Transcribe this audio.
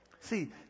See